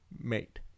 mate